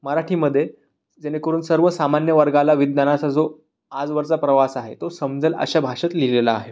मराठीमध्ये जेणेकरून सर्वसामान्य वर्गाला विज्ञानाचा जो आजवरचा प्रवास आहे तो समजेल अशा भाषेत लिहिलेला आहे